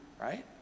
right